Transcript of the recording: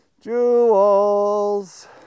jewels